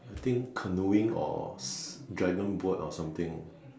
I think canoeing or dragon boat or something